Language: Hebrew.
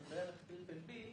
שזה בערך BBB,